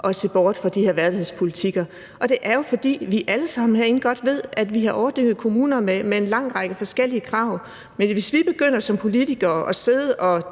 at se bort fra de her værdighedspolitikker. Det er jo, fordi vi alle sammen herinde godt ved, at vi har overdænget kommunerne med en lang række forskellige krav. Men hvis vi som politikere begynder